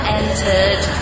entered